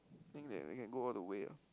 think they can go all the way ah